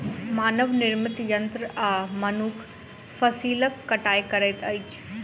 मानव निर्मित यंत्र आ मनुख फसिलक कटाई करैत अछि